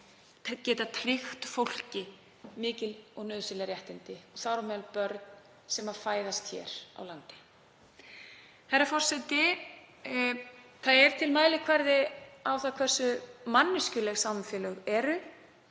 geta tryggt fólki mikil og nauðsynleg réttindi, þar á meðal börn sem fæðast hér á landi. Herra forseti. Það er til mælikvarði á það hversu manneskjuleg samfélög eru.